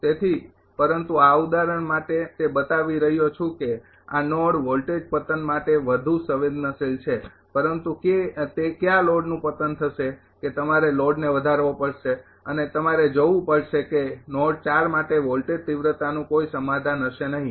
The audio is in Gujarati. તેથી પરંતુ આ ઉદાહરણ માટે તે બતાવી રહ્યો છુ કે આ નોડ વોલ્ટેજ પતન માટે વધુ સંવેદનશીલ છે પરંતુ તે ક્યાં લોડનું પતન થશે કે તમારે લોડને વધારવો પડશે અને તમારે જોવું પડશે કે નોડ માટે વોલ્ટેજ તિવ્રતાનું કોઈ સમાધાન હશે નહીં